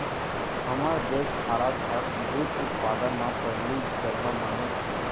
हमर देस भारत हर दूद उत्पादन म पहिली जघा म हे